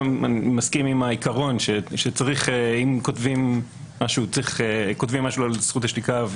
מסכים עם העיקרון שאם כותבים משהו על זכות השתיקה,